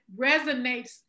resonates